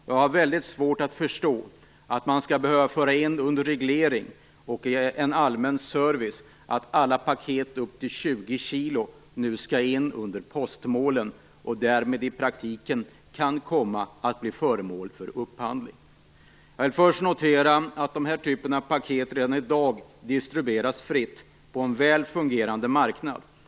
Jag har väldigt svårt att förstå att man skall behöva utvidga den grundläggande postservicen till att omfatta alla paket upp till 20 kg så att dessa därmed i praktiken kan komma att bli föremål för upphandling. Jag vill först notera att den här typen av paket redan i dag distribueras fritt, på en väl fungerande marknad.